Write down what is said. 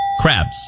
Crabs